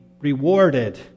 rewarded